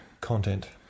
content